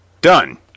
Done